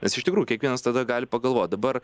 nes iš tikrųjų kiekvienas tada gali pagalvot dabar